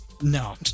No